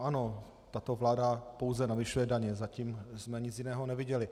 Ano, tato vláda pouze navyšuje daně, zatím jsme nic jiného neviděli.